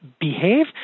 behave